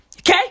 Okay